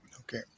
Okay